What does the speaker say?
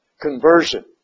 conversion